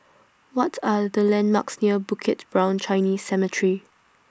What Are The landmarks near Bukit Brown Chinese Cemetery